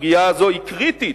הסוגיה הזאת היא קריטית,